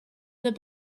the